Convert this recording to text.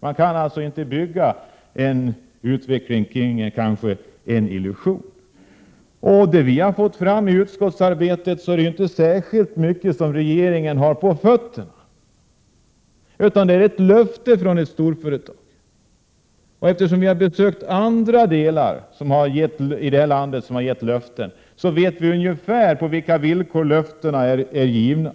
Man kan inte bygga en utveckling på något som kan vara en illusion. Enligt vad vi fått fram under utskottsarbetet har regeringen inte särskilt mycket på fötterna. Man har fått ett löfte från ett storföretag. Eftersom vi har besökt andra delar av landet där man har fått löften, vet vi ungefär på vilka villkor löftena är givna.